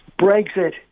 Brexit